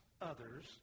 others